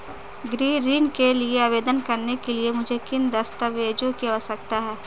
गृह ऋण के लिए आवेदन करने के लिए मुझे किन दस्तावेज़ों की आवश्यकता है?